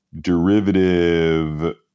derivative